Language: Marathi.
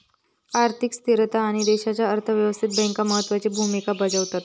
आर्थिक स्थिरता आणि देशाच्या अर्थ व्यवस्थेत बँका महत्त्वाची भूमिका बजावतत